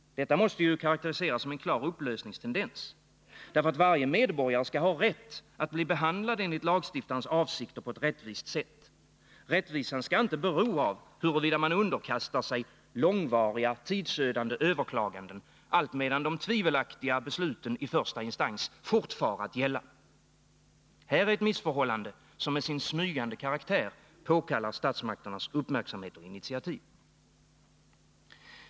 Detta måste ju karakteriseras som en klar upplösningstendens. Varje medborgare skall ha rätt att bli behandlad enligt lagstiftarens avsikt och på ett rättvist sätt. Rättvisan skall inte bero av huruvida man underkastar sig långvariga, tidsödande överklaganden, alltmedan de tvivelaktiga besluten i första instans fortfar att gälla. Här är ett missförhållande som med sin smygande karaktär påkallar statsmakternas uppmärksamhet och initiativ.